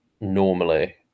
normally